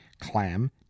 clam